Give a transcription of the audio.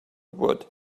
would